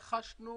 רכשנו